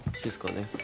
she's calling,